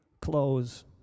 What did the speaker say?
close